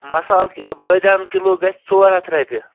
مصالہٕ بٲدیان کِلوٗ گژھِ ژور ہَتھ رۄپیہِ